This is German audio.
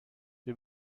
wir